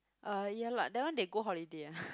uh ya lah that one they go holiday ah